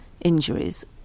injuries